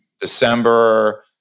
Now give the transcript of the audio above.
December